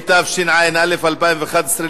התשע"א 2011,